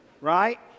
Right